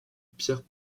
pierres